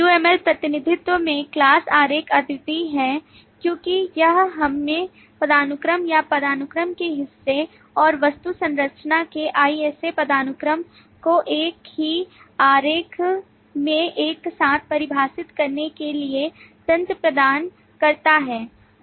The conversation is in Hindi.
UML प्रतिनिधित्व में class आरेख अद्वितीय है क्योंकि यह हमें पदानुक्रम या पदानुक्रम के हिस्से और वस्तु संरचना के IS A पदानुक्रम को एक ही आरेख में एक साथ परिभाषित करने के लिए तंत्र प्रदान करता है